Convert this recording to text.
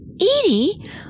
Edie